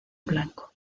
blanco